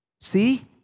See